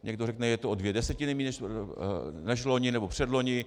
Někdo řekne: Je to o dvě desetiny méně než loni nebo předloni.